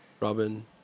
Robin